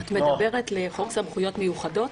את מדברת על חוק סמכויות מיוחדות?